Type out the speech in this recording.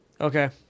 Okay